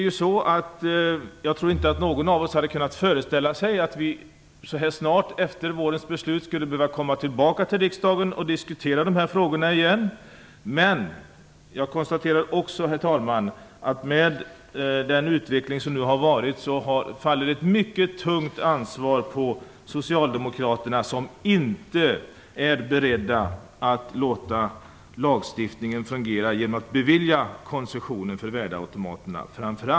Jag tror inte att någon av oss hade kunnat föreställa sig att vi så här snart efter vårens beslut återigen skulle behöva diskutera de här frågorna i riksdagen. Men med tanke på den utveckling som har varit konstaterar jag också, herr talman, att ett mycket tungt ansvar faller på Socialdemokraterna, framför allt genom att de inte är beredda att låta lagstiftningen fungera och att bevilja koncessionen för värdeautomaterna.